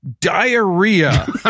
diarrhea